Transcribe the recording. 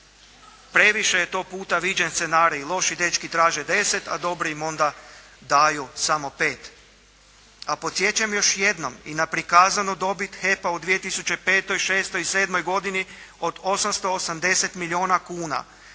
Previše je to puta viđen scenarij, loši dečki traže 10, a dobri im onda daju samo 5. A podsjećam još jednom i na prikazanu dobit HEP-a u 2005., 2006. i 2007. godini od 880 milijona kuna